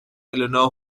eleanor